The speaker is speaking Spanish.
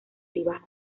privadas